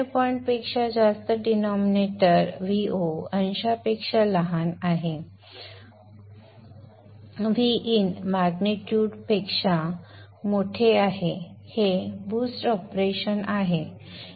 5 पेक्षा जास्त denominator Vo numerator पेक्षा लहान आहे Vin मॅग्निट्यूड पेक्षा मोठे आहे हे बूस्ट ऑपरेशन आहे